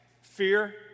Fear